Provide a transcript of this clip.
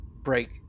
break